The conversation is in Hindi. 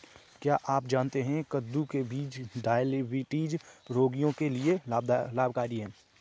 क्या आप जानते है कद्दू के बीज डायबिटीज रोगियों के लिए लाभकारी है?